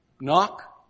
Knock